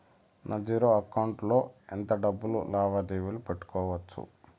నా zero account లో ఎంత డబ్బులు లావాదేవీలు పెట్టుకోవచ్చు?